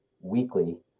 weekly